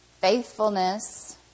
faithfulness